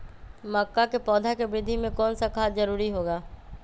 मक्का के पौधा के वृद्धि में कौन सा खाद जरूरी होगा?